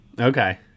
Okay